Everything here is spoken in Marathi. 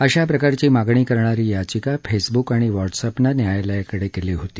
अशा प्रकारची मागणी करणारी याचिका फेसबुक आणि व्हॉट्सअॅपनं न्यायालयाकडे केली होती